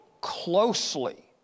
closely